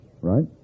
right